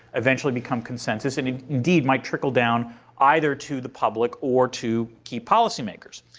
eventually become consensus, and indeed might trickle down either to the public or to key policymakers.